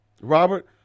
Robert